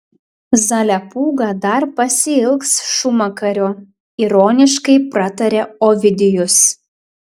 zalepūga dar pasiilgs šūmakario ironiškai pratarė ovidijus